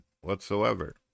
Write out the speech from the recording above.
whatsoever